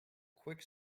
quick